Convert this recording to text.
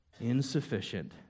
insufficient